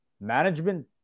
management